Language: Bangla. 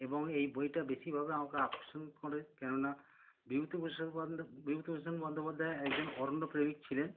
এবং এই বইটা বেশিভাবে আমাকে আকর্ষণ করে কেননা বিভূতিভূষণ বিভূতিভূষণ বন্দ্যোপাধ্যায় একজন অরণ্য প্রেমিক ছিলেন